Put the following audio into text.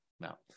now